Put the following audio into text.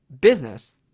business